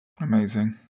Amazing